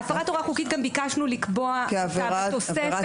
הפרת הוראה חוקית גם ביקשנו לקבוע אותה בתוספת כעבירת ספורט.